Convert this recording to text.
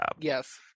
Yes